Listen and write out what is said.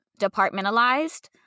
departmentalized